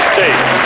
States